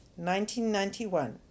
1991